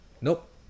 Nope